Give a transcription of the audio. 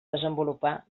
desenvolupar